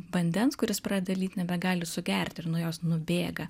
vandens kuris pradeda lyt nebegali sugerti ir nuo jos nubėga